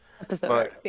Episode